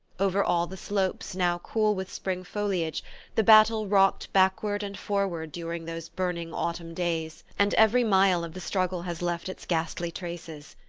over all the slopes now cool with spring foliage the battle rocked backward and forward during those burning autumn days and every mile of the struggle has left its ghastly traces.